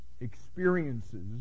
experiences